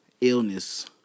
illness